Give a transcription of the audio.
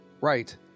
Right